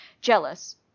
jealous